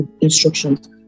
instructions